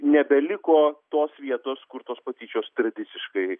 nebeliko tos vietos kur tos patyčios tradiciškai